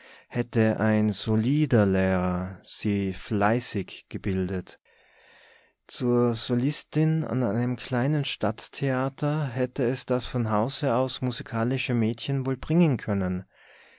hätte ein solider lehrer sie fleißig gebildet zur solistin an einem kleinen stadttheater hätte es das von hause aus musikalische mädchen wohl bringen können